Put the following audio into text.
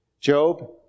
Job